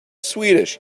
swedish